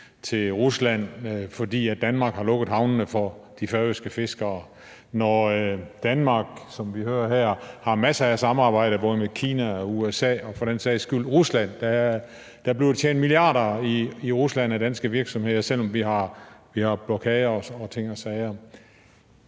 til Rusland, fordi Danmark har lukket havnene for de færøske fiskere, når Danmark, som vi hører her, har masser af samarbejde med både Kina og USA og for den sags skyld Rusland – der bliver tjent milliarder i Rusland af danske virksomheder, selv om vi har blokader og ting og sager –